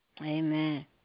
Amen